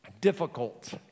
difficult